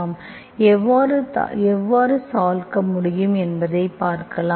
பின்னர் எவ்வாறு தாக்க முடியும் என்பதைப் பார்க்கலாம்